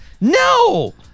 No